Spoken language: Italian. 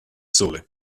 sole